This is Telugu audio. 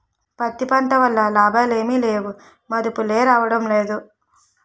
పత్తి పంట వల్ల లాభాలేమి లేవుమదుపులే రాడంలేదు